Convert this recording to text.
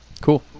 Cool